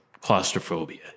claustrophobia